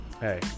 hey